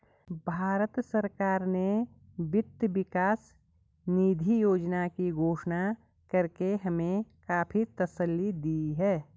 भारत सरकार ने वित्त विकास निधि योजना की घोषणा करके हमें काफी तसल्ली दी है